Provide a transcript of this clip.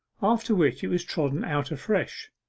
after which it was trodden out afresh.